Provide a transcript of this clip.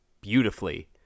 beautifully